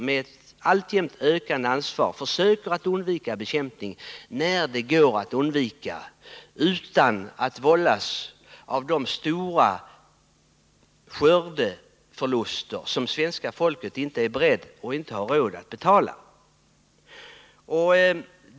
Med detta ökande ansvar försöker de också undvika bekämpning när detta är möjligt utan att de drabbas av de stora skördeförluster som svenska folket inte är berett att betala och inte har råd att betala.